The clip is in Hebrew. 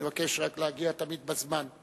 אני מבקש להגיע תמיד בזמן.